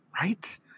Right